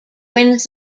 wins